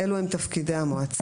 7. (1)